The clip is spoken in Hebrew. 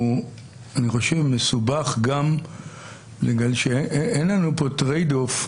אני חושב שהוא מסובך גם בגלל שאין לנו פה טרייד-אוף.